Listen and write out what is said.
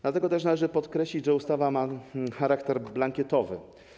Dlatego też należy podkreślić, że ustawa ma charakter blankietowy.